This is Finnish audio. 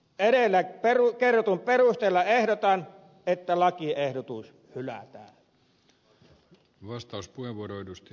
edellä kerrotun perusteella ehdotan että lakiehdotus hylätään